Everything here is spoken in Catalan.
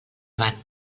avant